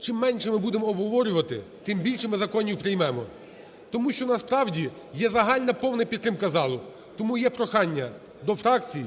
Чим менше ми будемо обговорювати, тим більше ми законів приймемо, тому що насправді є загальна повна підтримка залу. Тому є прохання до фракції